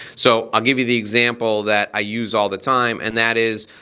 so i'll give you the example that i use all the time and that is,